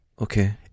Okay